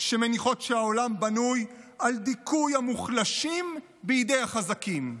שמניחות שהעולם בנוי על דיכוי המוחלשים בידי החזקים.